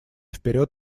вперед